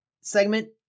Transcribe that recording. segment